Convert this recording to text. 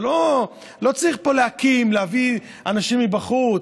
לא צריך פה להקים, להביא אנשים מבחוץ.